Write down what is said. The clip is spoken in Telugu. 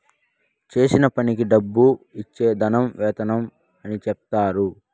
చేసిన పనికి డబ్బు ఇచ్చే దాన్ని వేతనం అని చెప్తారు